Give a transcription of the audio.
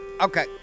Okay